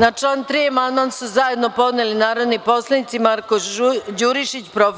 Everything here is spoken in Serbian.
Na član 3. amandman su zajedno podneli narodni poslanici Marko Đurišić, prof.